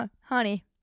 honey